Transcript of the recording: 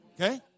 Okay